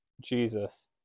Jesus